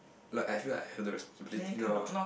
like I feel like I have the responsibility now